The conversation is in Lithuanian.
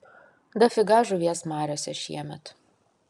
dafiga žuvies mariose šiemet